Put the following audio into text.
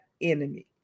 enemy